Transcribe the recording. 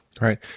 Right